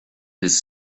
his